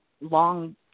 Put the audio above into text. long